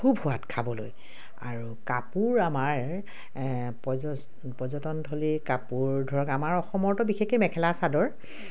খুব সোৱাদ খাবলৈ আৰু কাপোৰ আমাৰ পৰ্যটনথলী কাপোৰ ধৰক আমাৰ অসমৰটো বিশেষকৈ মেখেলা চাদৰ